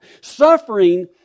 Suffering